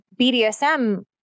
BDSM